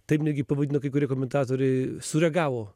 taip netgi pavadino kai kurie komentatoriai sureagavo